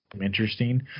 interesting